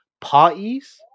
Parties